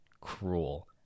cruel